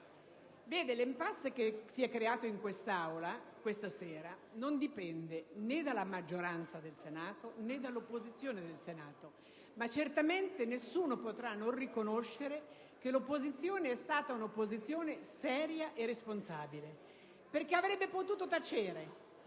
L'*impasse* che si è creata stasera in quest'Aula non dipende, né dalla maggioranza, né dall'opposizione del Senato, ma certamente nessuno potrà non riconoscere che l'opposizione è stata seria e responsabile perché avrebbe potuto tacere;